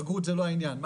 בגרות זה לא העניין,